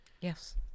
yes